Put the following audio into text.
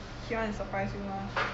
he want to surprise you lor